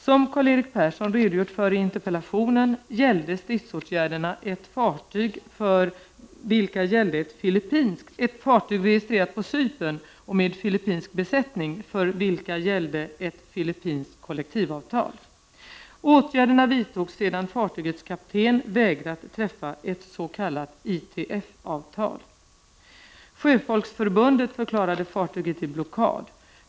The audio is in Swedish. Som Karl-Erik Persson redogjort för i interpellationen gällde stridsåtgärderna ett fartyg registrerat på Cypern och med filippinsk besättning för vilken ett filippinskt kollektivavtal gällde. Åtgärderna vidtogs sedan fartygets kapten vägrat träffa ett s.k. ITF-avtal. Sjöfolksförbundet förklarade fartyget i blockad.